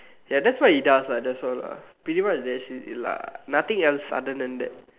ya that's what he does lah that's all lah pretty much that's it lah nothing else other than that